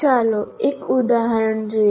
ચાલો એક ઉદાહરણ જોઈએ